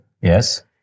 Yes